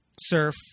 surf